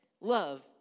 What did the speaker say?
love